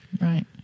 right